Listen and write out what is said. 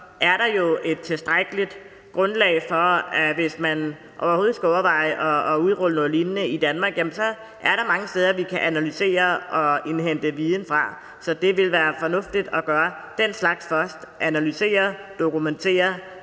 er der jo et tilstrækkeligt grundlag for, at hvis man overhovedet skulle overveje at udrulle noget lignende i Danmark, så er der mange steder, vi kan analysere og indhente viden fra. Så det ville være fornuftigt at gøre den slags først – analysere, dokumentere